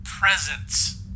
presence